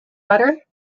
butter